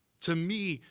to me,